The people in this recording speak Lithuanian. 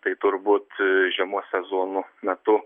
tai turbūt žiemos sezono metu